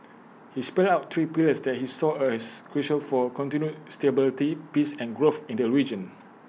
he spelt out three pillars that he saw as crucial for continued stability peace and growth in the region